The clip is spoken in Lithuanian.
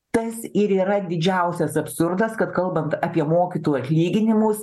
tas ir yra didžiausias absurdas kad kalbant apie mokytojų atlyginimus